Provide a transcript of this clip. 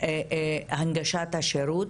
הנגשת השירות,